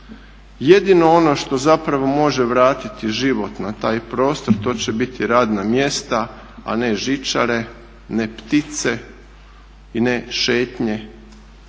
Jedino ono što zapravo može vratiti život na taj prostor to će biti radna mjesta a ne žičare, ne ptice i ne šetnje